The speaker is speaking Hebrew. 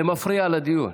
זה מפריע לדיון.